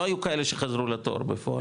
לא היו כאלה שחזרו לתור בפועל.